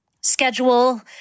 schedule